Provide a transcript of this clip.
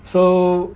so